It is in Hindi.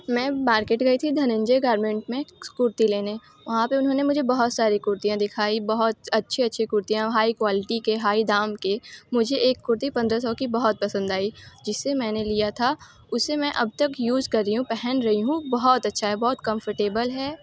मैं बार्केट गई थी धनंजय गारमेंट में एक कुर्ती लेने वहाँ पर उन्होंने मुझे बहुत सारी कुर्तियाँ दिखाई बहुत अच्छी अच्छी कुर्तियाँ हाई क्वाल्टी के हाई दाम के मुझे एक कुर्ती पंद्रह सौ की बहुत पसंद आई जिसे मैंने लिया था उसे मैं अब तक यूज़ कर रही हूँ पहन रही हूँ बहुत अच्छा है बहुत कंफ़रटेबल है